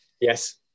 yes